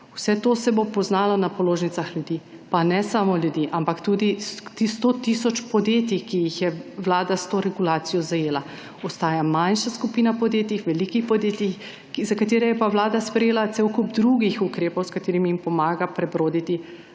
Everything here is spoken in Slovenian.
Vse to se bo poznalo na položnicah ljudi, pa ne samo ljudi, ampak tudi 100 tisoč podjetij, ki jih je vlada s to regulacijo zajela. Ostaja manjša skupina podjetij, velikih podjetij, za katere je pa vlada sprejela cel kup drugih ukrepov, s katerimi jim pomaga prebroditi